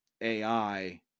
AI